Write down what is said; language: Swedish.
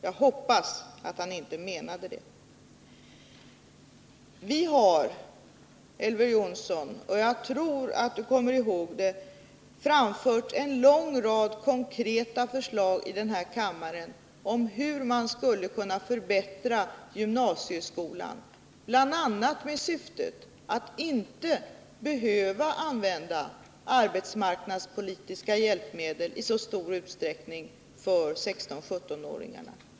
Jag hoppas att han inte menade så. Vi socialdemokrater har — och det tror jag Elver Jonsson kommer ihåg — framfört en lång rad konkreta förslag i den här kammaren om hur man skulle kunna förbättra gymnasieskolan, bl.a. i syfte att inte behöva använda arbetsmarknadspolitiska hjälpmedel i så stor utsträckning för 16-17 åringarna.